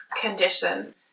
condition